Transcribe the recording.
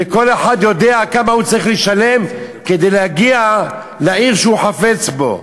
וכל אחד יודע כמה הוא צריך לשלם כדי להגיע לעיר שהוא חפץ בה.